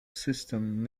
system